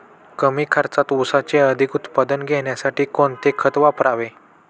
कमी खर्चात ऊसाचे अधिक उत्पादन घेण्यासाठी कोणते खत वापरावे?